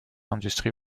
industrie